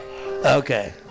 Okay